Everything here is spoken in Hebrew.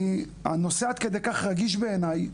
הנושא כל כך רגיש בעיני,